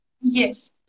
Yes